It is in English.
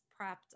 prepped